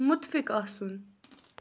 مُتفِق آسُن